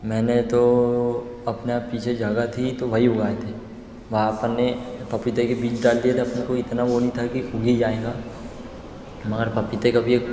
मैंने तो अपना पीछे जगह थी तो वहीं उगाए थे वहाँ अपन ने पपीते के बीज डाल दिए थे अपने को इतना वो नहीं था कि उग ही जाएगा मगर पपीते का भी एक